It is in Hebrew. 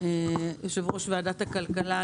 יושב-ראש ועדת הכלכלה,